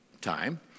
time